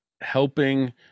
helping